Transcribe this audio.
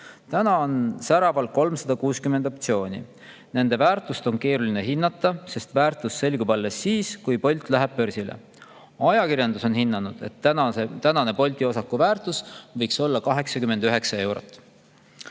Täna on Säraval 360 optsiooni. Nende väärtust on keeruline hinnata, sest väärtus selgub alles siis, kui Bolt läheb börsile. Ajakirjandus on hinnanud, et Bolti osaku väärtus võiks praegu olla 89 eurot.